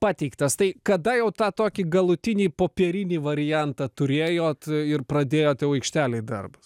pateiktas tai kada jau tą tokį galutinį popierinį variantą turėjot ir pradėjot jau aikštelėj darbus